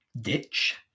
ditch